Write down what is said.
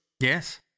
Yes